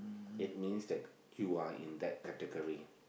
it means that you are in that category